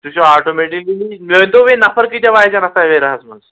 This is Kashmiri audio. تُہۍ چھُو آٹومیٹِکلی مےٚ ؤنۍ تو وۅنۍ نَفَر کۭتیٛاہ واتن اَتھ تَویراہَس منٛز